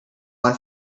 one